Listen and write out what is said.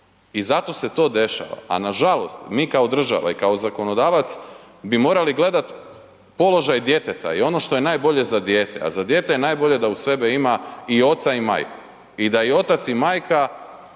I zato se to dešava, a nažalost mi kao država i kao zakonodavac bi morali gledati položaj djeteta i ono što je najbolje za dijete, a za dijete je najbolje da uz sebe ima i oca i majku. I da i otac i majka